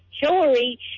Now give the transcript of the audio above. Hillary